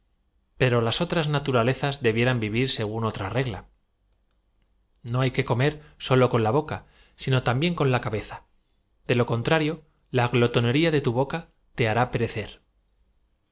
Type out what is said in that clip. pero las otras na turalezas debieran v iv ir según otra regla n o hay que comer nlo con la boca sino también con la cabeza de lo contrarío la glotonería de tu boca te h